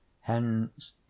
hence